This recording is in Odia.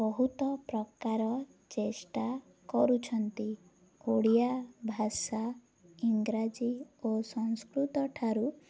ବହୁତ ପ୍ରକାର ଚେଷ୍ଟା କରୁଛନ୍ତି ଓଡ଼ିଆ ଭାଷା ଇଂରାଜୀ ଓ ସଂସ୍କୃତ ଠାରୁ